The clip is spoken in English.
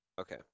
Okay